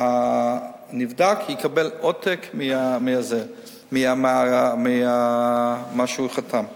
שהנבדק יקבל עותק ממה שהוא חתם עליו.